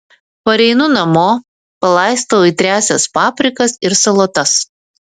pareinu namo palaistau aitriąsias paprikas ir salotas